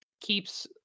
keeps